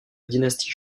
dynastie